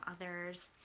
others